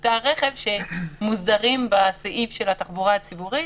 שירותי הרכב שמוסדרים בסעיף של התחבורה הציבורית,